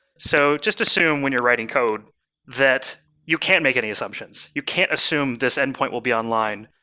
so just assume when you're writing code that you can't make any assumptions. you can't assume this endpoint will be online,